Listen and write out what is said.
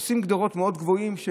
עושים גדרות מאוד גבוהות.